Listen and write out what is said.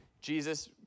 Jesus